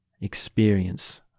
experience